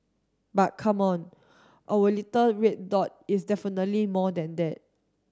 but come on our little red dot is definitely more than that